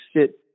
sit